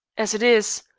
as it is,